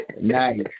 nice